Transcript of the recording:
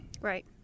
Right